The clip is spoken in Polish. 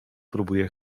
próbuje